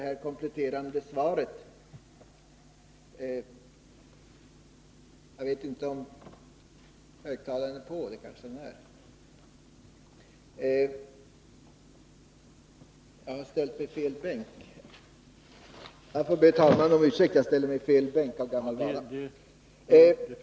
Herr talman!